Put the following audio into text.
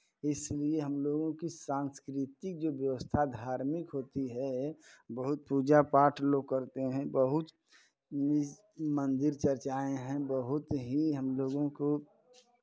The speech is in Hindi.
इसलिए हम लोगों की सांस्कृतिक जो व्यवस्था धार्मिक होती है बहुत पूजा पाठ लोग करते हैं बहुत मंदिर चर्चाएँ हैं बहुत ही हम लोगों को